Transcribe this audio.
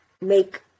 make